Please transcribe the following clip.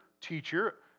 teacher